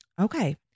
Okay